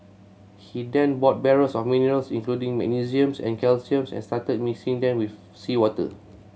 he then bought barrels of minerals including magnesium and calcium and started mixing them with seawater